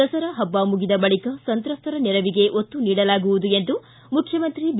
ದಸರಾ ಹಬ್ಬ ಮುಗಿದ ಬಳಿಕೆ ಸಂತ್ರಸರ ನೆರವಿಗೆ ಒತ್ತು ನೀಡಲಾಗುವುದು ಎಂದು ಮುಖ್ಯಮಂತ್ರಿ ಬಿ